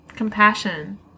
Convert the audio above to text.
compassion